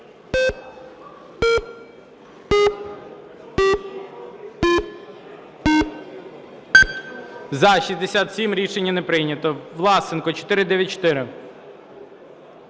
За-67 Рішення не прийнято. Власенко, 494.